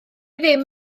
ddim